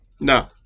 No